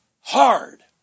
hard